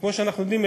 כמו שאנחנו יודעים,